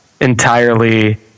Entirely